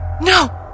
No